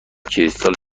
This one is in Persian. کریستال